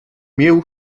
mię